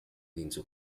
into